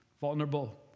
vulnerable